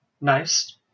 Nice